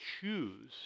choose